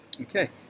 Okay